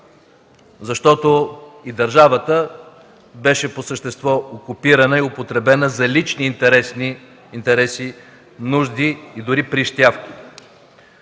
защото и държавата беше по същество окупирана и употребена за лични интереси, нужди и дори прищевки.